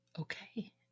Okay